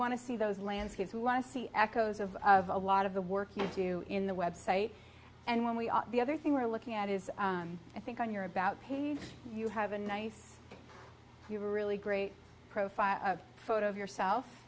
want to see those landscapes who want to see echoes of a lot of the work you do in the website and when we are the other thing we're looking at is i think on your about you have a nice you were really great profile photo of yourself